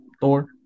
Thor